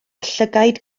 llygaid